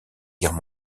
guerre